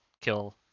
kill